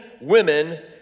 women